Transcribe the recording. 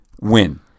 win